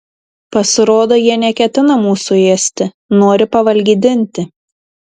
pasirodo jie neketina mūsų ėsti nori pavalgydinti